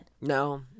no